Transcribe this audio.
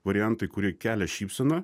variantai kurie kelia šypseną